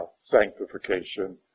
sanctification